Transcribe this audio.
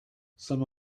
some